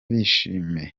bishime